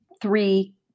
three